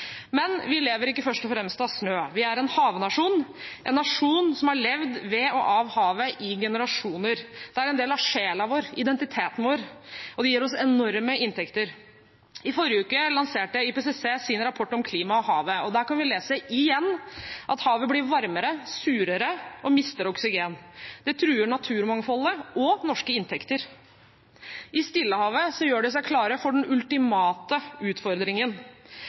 Men vi lever ikke først og fremst av snø. Vi er en havnasjon, en nasjon som har levd ved og av havet i generasjoner. Det er en del av sjelen vår, identiteten vår, og det gir oss enorme inntekter. I forrige uke lanserte IPCC sin rapport om klima og havet, og der kan vi – igjen – lese at havet blir varmere, surere og mister oksygen. Det truer naturmangfoldet og norske inntekter. I Stillehavet gjør de seg klare for den ultimate utfordringen.